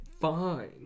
Fine